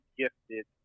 gifted